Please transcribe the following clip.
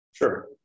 Sure